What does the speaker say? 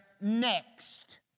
next